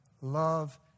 love